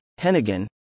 Hennigan